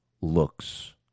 looks